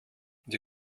die